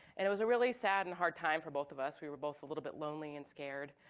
and it was a really sad and hard time for both of us. we were both a little bit lonely and scared.